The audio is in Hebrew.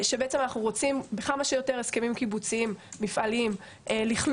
אנחנו רוצים שבכמה שיותר הסכמים קיבוציים של מפעלים לכלול